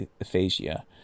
aphasia